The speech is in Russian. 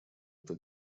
это